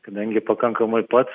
kadangi pakankamai pats